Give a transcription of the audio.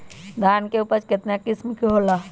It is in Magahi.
धान के उपज केतना किस्म के होला?